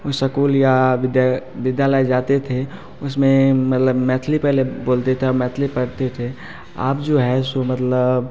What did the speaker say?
उ सकूल या विद्या विद्यालय जाते थे उसमें मतलब मैथिली पहले बोलते थे और मैथिली पढ़ते थे अब जो है सो मतलब